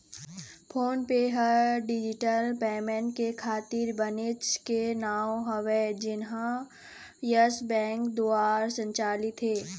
phone पे ह digital payment के खातिर बनेच के नांव हवय जेनहा यस बेंक दुवार संचालित हे